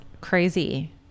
Crazy